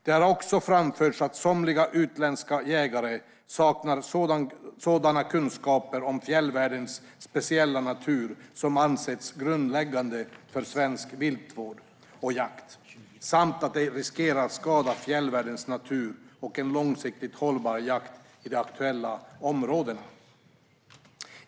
Det har också framförts att somliga utländska jägare saknar sådana kunskaper om fjällvärldens speciella natur som ansetts grundläggande för svensk viltvård och jakt samt att detta riskerar att skada fjällvärldens natur och en långsiktigt hållbar jakt i de aktuella områdena.